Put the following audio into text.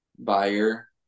buyer